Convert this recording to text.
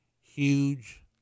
huge